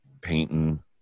painting